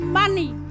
money